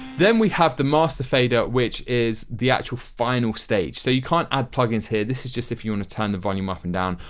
then we have the master fader which is the actual final stage. so, you can't add plug-ins here. this is just if you want and to turn the volume up and down.